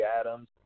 Adams